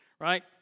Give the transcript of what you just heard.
right